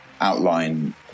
outline